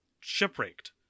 shipwrecked